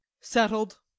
settled